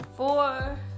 Four